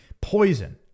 poison